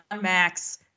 max